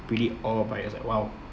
pretty awe about it I was like !wow!